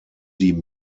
die